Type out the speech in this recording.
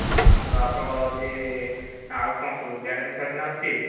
ହଁ ତ ଆପଣଙ୍କର ରହୁଛି ଆଉ କ'ଣ ସବୁ ଗାର୍ଡେନ୍ ଫାର୍ଡେନ୍ ଅଛି